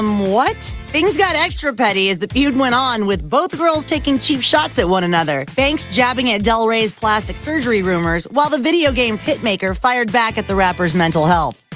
um what? things got extra petty as the feud went on, with both girls taking cheap shots at one another, banks jabbing at del rey's plastic surgery rumors, while the video games hitmaker fired back at the rapper's mental health.